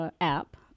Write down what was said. app